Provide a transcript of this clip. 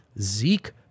Zeke